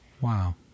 Wow